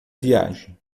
viagem